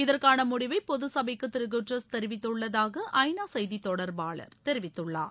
இதற்கானமுடிவைபொதுசபைக்குதிருகுட்ரஸ் தெரிவித்துள்ளதாகஐநாசெய்திதொடர்பாளர் தெரிவித்துள்ளார்